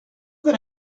that